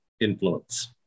influence